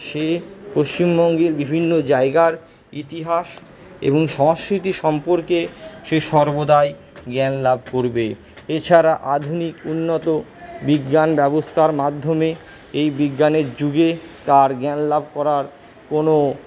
সে পশ্চিমবঙ্গের বিভিন্ন জায়গার ইতিহাস এবং সংস্কৃতি সম্পর্কে সে সর্বদাই জ্ঞান লাভ করবে এছাড়া আধুনিক উন্নত বিজ্ঞান ব্যবস্থার মাধ্যমে এই বিজ্ঞানের যুগে তার জ্ঞান লাভ করার কোনো